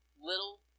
little